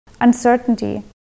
uncertainty